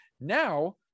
now